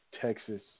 Texas